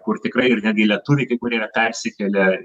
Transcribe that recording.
kur tikrai ir netgi lietuviai kai kurie yra persikėlę